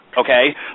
okay